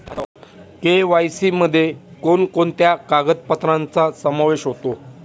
KYC मध्ये कोणकोणत्या कागदपत्रांचा समावेश होतो?